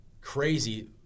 crazy